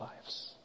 lives